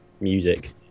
Music